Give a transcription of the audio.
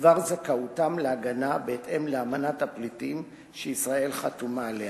בדבר זכאותם להגנה בהתאם לאמנת הפליטים שישראל חתומה עליה.